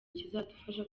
kizadufasha